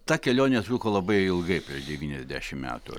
ta kelionė truko labai ilgai prieš devyniasdešim metų